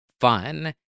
fun